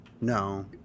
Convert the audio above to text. No